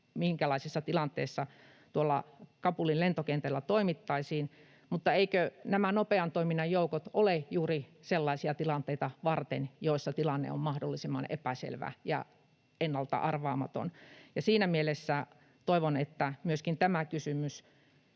minkälaisessa tilanteessa tuolla Kabulin lentokentällä toimittaisiin, mutta eivätkö nämä nopean toiminnan joukot ole juuri sellaisia tilanteita varten, joissa tilanne on mahdollisimman epäselvä ja ennalta-arvaamaton? Siinä mielessä toivon, että myöskin tätä